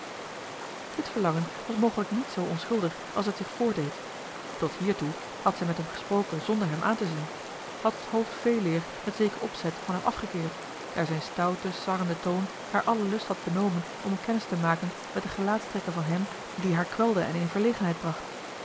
dit verlangen was mogelijk niet zoo onschuldig als het zich voordeed tot hiertoe had zij met hem gesproken zonder hem aan te zien had het hoofd veeleer met zeker opzet van hem afgekeerd daar zijn stoute sarrende toon haar allen lust had benomen om kennis te maken met de gelaatstrekken van hem die haar kwelde en in verlegenheid bracht